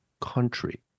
country